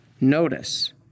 Notice